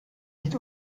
nicht